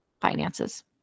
finances